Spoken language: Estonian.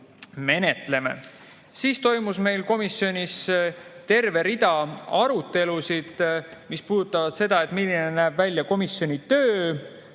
Meil toimus komisjonis terve rida arutelusid, mis puudutasid seda, milline näeb välja komisjoni töö,